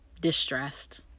distressed